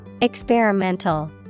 Experimental